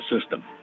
system